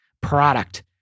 product